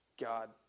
God